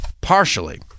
partially